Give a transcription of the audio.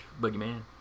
Boogeyman